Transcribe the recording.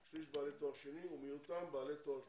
שליש בעלי תואר שני ומיעוטם בעלי תואר שלישי.